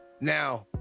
Now